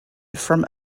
from